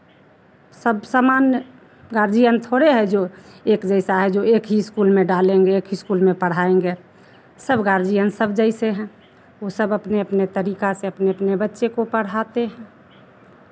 सब समान गार्जियन थोड़े है जो एक जैसा है जो एक ही स्कूल में डालेंगे एक ही स्कूल में पढ़ाएँगे सब गार्जियन सब जैसे हैं वो सब अपने अपने तरीका से अपने अपने बच्चे को पढ़ाते हैं